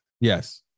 yes